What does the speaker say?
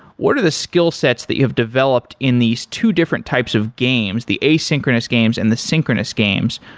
what are the skillsets that you have developed in these two different types of games the asynchronous games and the synchronous games?